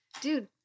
dude